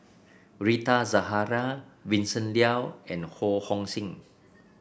Rita Zahara Vincent Leow and Ho Hong Sing